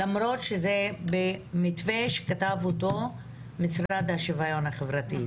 זאת למרות שאת המתווה הזה כתבו במשרד לשוויון חברתי,